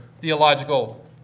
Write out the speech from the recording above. theological